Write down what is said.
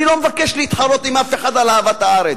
אני לא מבקש להתחרות עם אף אחד על אהבת הארץ.